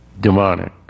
demonic